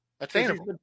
Attainable